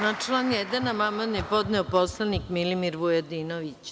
Na član 1. amandman je podneo poslanik Milimir Vujadinović.